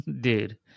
Dude